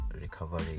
recovery